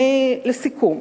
לסיכום.